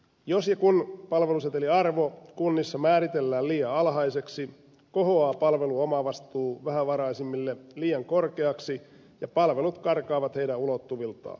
jos ja kun palvelusetelin arvo kunnissa määritellään liian alhaiseksi kohoaa palvelun omavastuu vähävaraisimmille liian korkeaksi ja palvelut karkaavat heidän ulottuviltaan